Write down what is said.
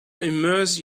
immerse